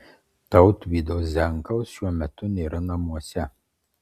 tautvydo zenkaus šiuo metu nėra namuose